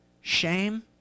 shame